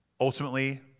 ultimately